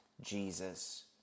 Jesus